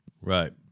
Right